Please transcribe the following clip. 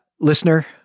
listener